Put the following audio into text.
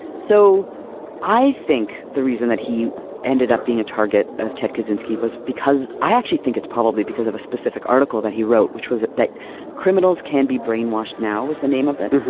so i think the reason that he ended up being a target of ted kozinski was because i actually think it's probably because of a specific article that he wrote which was that criminals can be brainwashed now was the name of it.